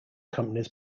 companies